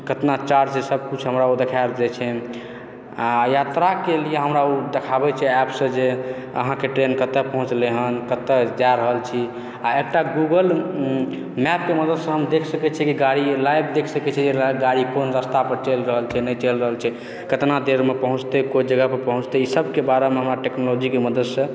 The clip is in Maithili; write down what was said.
कतेक चार्ज छै सबकिछु हमरा ओ देखा दैत छै आओर यात्राके लिए हमरा ओ देखाबैत छै ऐपसँ जे अहाँक ट्रेन कतऽ पहुँचल हँ कतऽ जा रहल अछि आओर एकटा गूगल मैपके मदतिसँ हम देखि सकैत छियै कि गाड़ी लाइव देखि सकैत छियै जे गाड़ी कोन रस्तापर चलि रहल छै नहि चलि रहल छै कतेक देरमे पहुँचतै कोन जगहपर पहुँचतै ई सबके बारेमे हमरा टेक्नोलॉजीके मदतिसँ